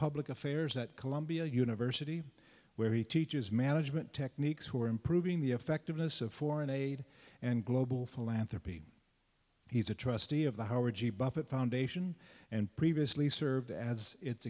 affairs at columbia university where he teaches management techniques who are improving the effectiveness of foreign aid and global philanthropy he's a trustee of the howard g buffett foundation and previously served as it